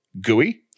gooey